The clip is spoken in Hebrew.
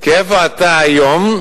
כי איפה אתה היום,